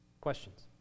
Questions